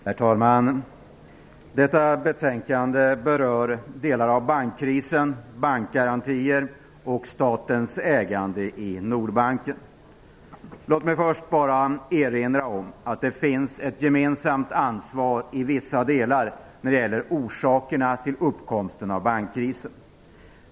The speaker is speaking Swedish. Herr talman! Detta betänkande berör delar av bankkrisen, bankgarantier och statens ägande i Nordbanken. Låt mig först bara erinra om att det finns ett gemensamt ansvar i vissa delar när det gäller orsakerna till uppkomsten av bankkrisen.